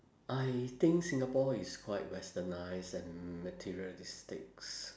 I think singapore is quite westernised and materialistics